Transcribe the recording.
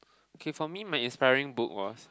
okay for me my inspiring book was